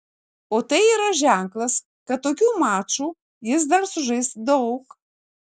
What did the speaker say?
o tai yra ženklas kad tokių mačų jis dar sužais daug